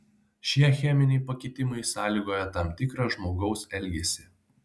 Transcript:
šie cheminiai pakitimai sąlygoja tam tikrą žmogaus elgesį